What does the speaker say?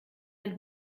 ein